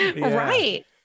right